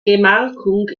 gemarkung